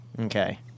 Okay